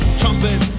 trumpet